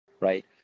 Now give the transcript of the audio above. Right